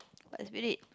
what spirit